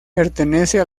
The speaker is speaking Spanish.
pertenecen